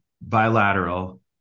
bilateral